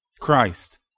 Christ